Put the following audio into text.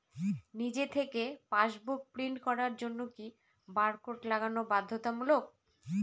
নিজে থেকে passbook print করার জন্য কি বারকোড লাগানো বাধ্যতামূলক?